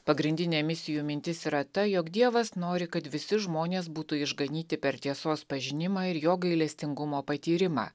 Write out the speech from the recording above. pagrindinė misijų mintis yra ta jog dievas nori kad visi žmonės būtų išganyti per tiesos pažinimą ir jo gailestingumo patyrimą